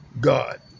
God